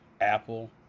Apple